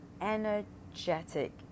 energetic